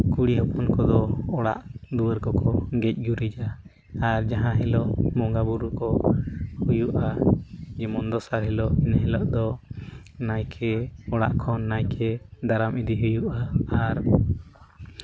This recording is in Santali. ᱠᱩᱲᱤ ᱦᱚᱯᱚᱱ ᱠᱚᱫᱚ ᱚᱲᱟᱜ ᱫᱩᱣᱟᱹᱨ ᱠᱚᱠᱚ ᱜᱮᱡ ᱜᱩᱨᱤᱡᱟ ᱟᱨ ᱡᱟᱦᱟᱸ ᱦᱤᱞᱳᱜ ᱵᱚᱸᱜᱟᱼᱵᱳᱨᱳ ᱠᱚ ᱦᱩᱭᱩᱜᱼᱟ ᱡᱮᱢᱚᱱ ᱫᱚᱥᱟᱨ ᱦᱤᱞᱳᱜ ᱮᱱ ᱦᱤᱞᱳᱜ ᱫᱚ ᱱᱟᱭᱠᱮ ᱚᱲᱟᱜ ᱠᱷᱚᱱ ᱱᱟᱭᱠᱮ ᱫᱟᱨᱟᱢ ᱤᱫᱤ ᱦᱩᱭᱩᱜᱼᱟ ᱟᱨ